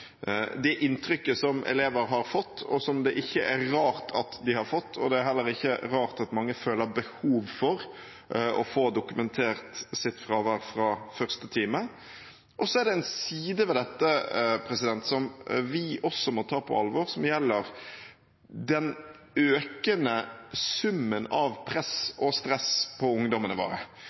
det inntrykket som elever har fått, og som det ikke er rart at de har fått, og det er heller ikke rart at mange føler behov for å få dokumentert sitt fravær fra første time. Så er det en side ved dette som vi også må ta på alvor, som gjelder den økende summen av press og stress på ungdommene våre.